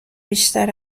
بیشتر